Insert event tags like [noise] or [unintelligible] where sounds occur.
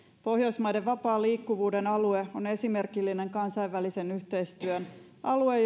pohjoismaiden vapaan liikkuvuuden alue on esimerkillinen kansainvälisen yhteistyön alue [unintelligible]